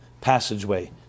passageway